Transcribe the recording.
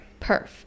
perf